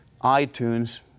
iTunes